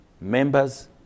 members